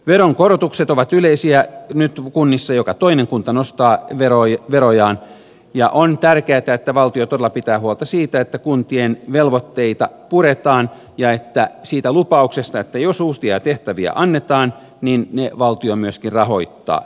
veronkorotukset ovat yleisiä nyt kunnissa joka toinen kunta nostaa verojaan ja on tärkeätä että valtio todella pitää huolta siitä että kuntien velvoitteita puretaan ja että pidetään kiinni siitä lupauksesta että jos uusia tehtäviä annetaan niin ne valtio myöskin rahoittaa